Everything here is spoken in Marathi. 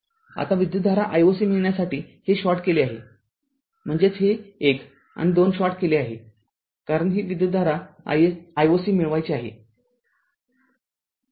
आता विद्युतधारा I o c मिळण्यासाठी हे शॉर्ट केले आहे म्हणजे हे १ आणि २ शॉर्ट केले आहे कारण विद्युतधारा I o c मिळवायची आहे